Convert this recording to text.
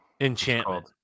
Enchantment